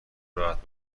راحت